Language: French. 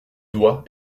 doigt